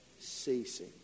Ceasing